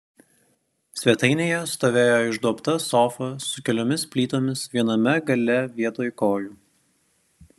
svetainėje stovėjo išduobta sofa su keliomis plytomis viename gale vietoj kojų